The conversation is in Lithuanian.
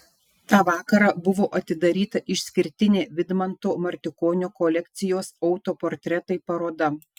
tą vakarą buvo atidaryta išskirtinė vidmanto martikonio kolekcijos autoportretai paroda